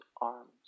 arms